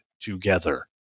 together